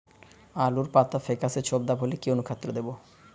আলুর পাতা ফেকাসে ছোপদাগ হলে কি অনুখাদ্য দেবো?